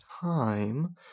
time